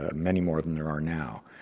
ah many more than there are now.